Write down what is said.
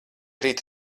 rīt